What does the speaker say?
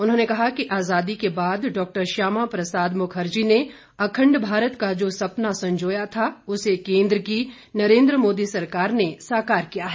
उन्होंने कहा कि आजादी के बाद डॉक्टर श्यामा प्रसाद मुखर्जी ने अखंड भारत का जो सपना संजोया था उसे केंद्र की नरेंद्र मोदी सरकार ने साकार किया है